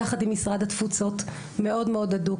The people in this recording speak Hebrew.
יחד עם משרד התפוצות מאוד מאוד הדוק,